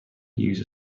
use